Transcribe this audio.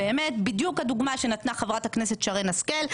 לפי הדוגמה שנתנה חברת הכנסת שרן השכל,